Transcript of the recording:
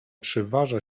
przeważa